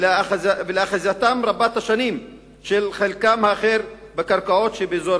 ולאחיזתם רבת השנים של חלקם האחר בקרקעות שבאזור